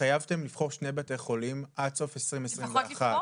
התחייבתם לבחור שני בתי חולים עד סוף 2021. למה זה לא בוצע?